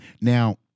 Now